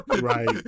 Right